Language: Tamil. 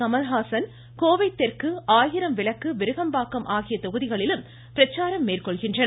கமலஹாசன் கோவை தெற்கு ஆயிரம் விளக்கு விருகம்பாக்கம் ஆகிய தொகுதிகளிலும் பிரச்சாரம் மேற்கொள்கின்றனர்